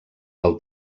del